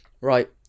right